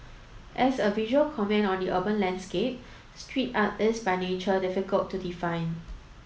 as a visual comment on the urban landscape street art is by nature difficult to define